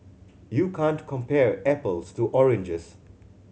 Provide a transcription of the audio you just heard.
you can't compare apples to oranges